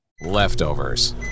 Leftovers